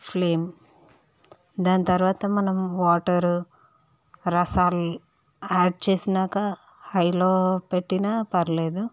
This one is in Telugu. ఫ్లేమ్ దాని తరువాత మనం వాటర్ రసాలు యాడ్ చేసినాక హైలో పెట్టినా పర్వాలేదు